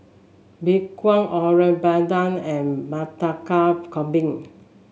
Mee Kuah Rojak Bandung and Murtabak Kambing